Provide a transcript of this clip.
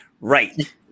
Right